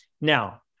Now